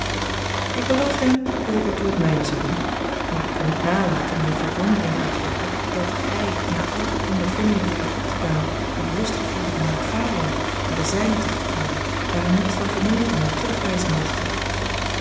ik beloofde hem dat ik daartoe het mijne zou doen maar ik kon niet nalaten mijne verwondering uit te drukken dat hij na al de onvervinding die hij had opgedaan nog lust gevoelde om naar het vaderland naar de zijnen terug te keeren waar hem niets dan vernedering en terugwijzing wachtte